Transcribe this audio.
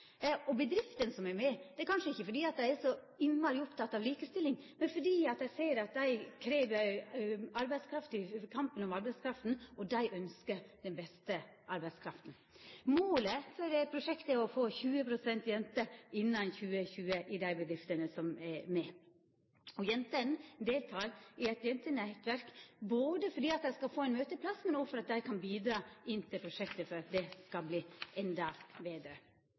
Og bedriftene som er med, er det kanskje ikkje fordi dei er så innmari opptekne av likestilling, men fordi dei ser at i kampen om arbeidskrafta ønskjer dei den beste arbeidskrafta. Målet for prosjektet er å få 20 pst. jenter innan 2020 i dei bedriftene som er med. Og jentene deltek i eit jentenettverk både fordi dei skal ha ein møteplass, og fordi dei kan bidra til at prosjektet kan bli enda betre.